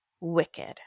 wicked